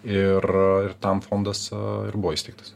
ir ir tam fondas ir buvo įsteigtas